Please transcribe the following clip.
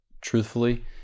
truthfully